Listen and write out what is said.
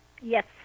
Yes